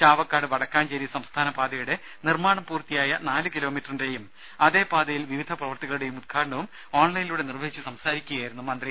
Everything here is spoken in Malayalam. ചാവക്കാട് വടക്കാഞ്ചേരി സംസ്ഥാന പാതയുടെ നിർമ്മാണം പൂർത്തിയായ നാല് കിലോമീറ്ററിന്റെയും അതേ പാതയിൽ വിവിധ പ്രവൃത്തികളുടെയും ഉദ്ഘാടനവും ഓൺലൈനിലൂടെ നിർവ്വഹിച്ച് സംസാരിക്കുകയായിരുന്നു മന്ത്രി